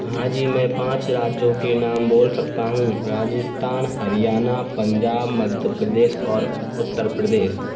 हाँ जी मैं पाँच राज्यों के नाम बोल सकता हूँ राजस्थान हरियाणा पंजाब मध्य प्रदेश और उत्तर प्रदेश